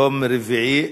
יום רביעי,